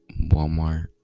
Walmart